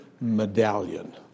medallion